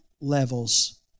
levels